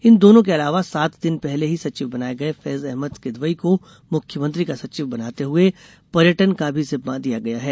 इन दोनों के अलावा सात दिन पहले ही सचिव बनाए गए फैज अहमद किदवई को मुख्यमंत्री का सचिव बनाते हुए पर्यटन का भी जिम्मा दिया गया है